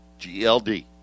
GLD